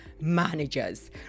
Managers